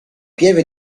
pieve